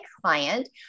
client